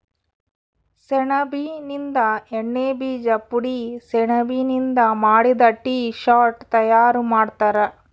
ಸೆಣಬಿನಿಂದ ಎಣ್ಣೆ ಬೀಜ ಪುಡಿ ಸೆಣಬಿನಿಂದ ಮಾಡಿದ ಟೀ ಶರ್ಟ್ ತಯಾರು ಮಾಡ್ತಾರ